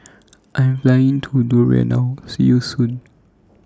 I Am Flying to Nauru now See YOU Soon